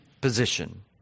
position